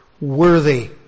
worthy